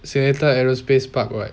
seletar aerospace park right